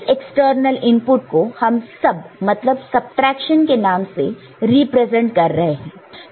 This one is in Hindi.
इस एक्सटर्नल इनपुट को हम सब मतलब सबट्रैक्शन के नाम से रिप्रेजेंट कर रहे हैं